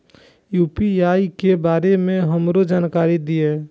UPI के बारे में हमरो जानकारी दीय?